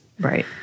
Right